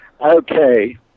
Okay